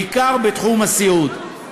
בעיקר בתחום הסיעוד.